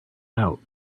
out